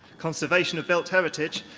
conservation of built heritage,